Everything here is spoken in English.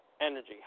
energy